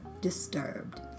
disturbed